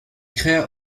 créa